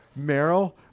meryl